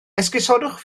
esgusodwch